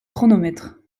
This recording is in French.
chronomètre